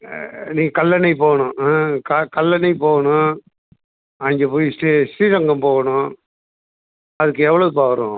ஆ நீங்கள் கல்லணை போகணும் ஆ க கல்லணை போகணும் அங்கே போயிட்டு ஸ்ரீரங்கம் போகணும் அதுக்கு எவ்வளோதுப்பா வரும்